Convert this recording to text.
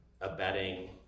abetting